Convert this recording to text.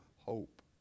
hope